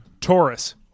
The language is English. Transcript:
Taurus